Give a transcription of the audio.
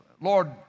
Lord